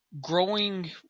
growing